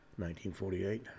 1948